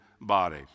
body